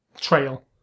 trail